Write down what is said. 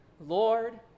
Lord